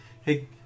hey